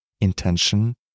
intention